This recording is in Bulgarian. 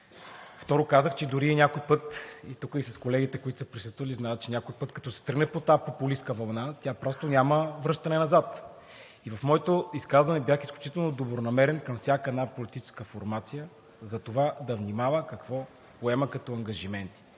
Второ, казах, че дори и някой път – тук с колегите, които са присъствали, знаят, че някой път да се тръгне по тази популистка вълна, тя просто няма връщане назад. В моето изказване бях изключително добронамерен към всяка една политическа формация за това да внимава какво поема като ангажименти.